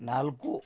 ನಾಲ್ಕು